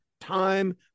time